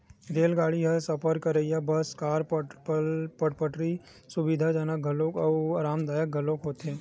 रेलगाड़ी म सफर करइ ह बस, कार, फटफटी ले सुबिधाजनक घलोक हे अउ अरामदायक घलोक होथे